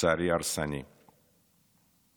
כוח הרסני, לצערי.